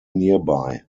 nearby